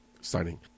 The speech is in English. signing